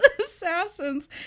assassins